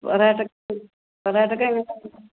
പൊറാട്ട പൊറാട്ടക്ക് എങ്ങനെ